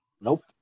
Nope